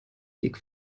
weg